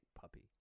puppy